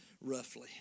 roughly